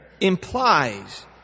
implies